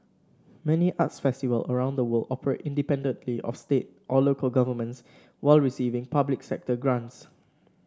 many arts festivals around the world operate independently of state or local governments while receiving public sector grants